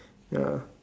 ya